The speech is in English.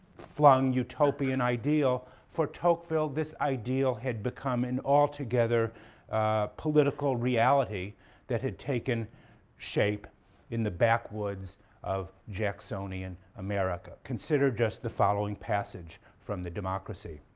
flung utopian ideal, for tocqueville this ideal had become an altogether political reality that had taken shape in the backwoods of jacksonian america. consider just the following passage from the democracy.